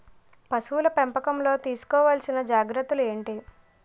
పశువుల పెంపకంలో తీసుకోవల్సిన జాగ్రత్త లు ఏంటి?